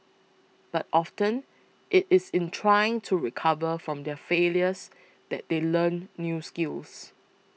but often it is in trying to recover from their failures that they learn new skills